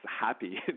happy